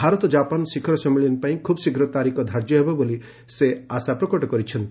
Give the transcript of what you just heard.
ଭାରତ ଜାପାନ ଶିଖର ସମ୍ମିଳନୀ ପାଇଁ ଖୁବ୍ ଶୀଘ୍ର ତାରିଖ ଧାର୍ଯ୍ୟ ହେବ ବୋଲି ସେ ଆଶା ପ୍ରକଟ କରିଛନ୍ତି